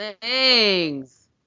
thanks